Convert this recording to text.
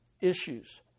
issues